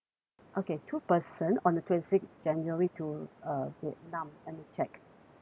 okay two person on the twenty sixth january to uh vietnam let me check